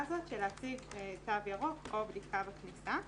הזאת של להציג תו ירוק או בדיקה בכניסה,